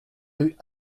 rue